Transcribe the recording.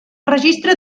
registre